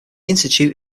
institute